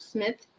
Smith